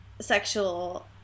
sexual